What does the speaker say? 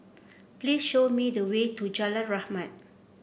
please show me the way to Jalan Rahmat